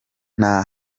nta